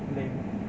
lame